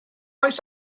oes